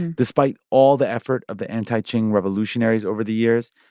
despite all the effort of the anti-qing revolutionaries over the years,